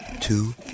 Two